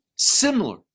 similar